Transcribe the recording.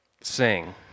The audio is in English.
sing